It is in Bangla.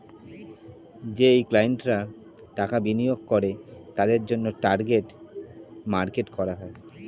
যেই ক্লায়েন্টরা টাকা বিনিয়োগ করে তাদের জন্যে টার্গেট মার্কেট করা হয়